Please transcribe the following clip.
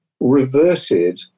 reverted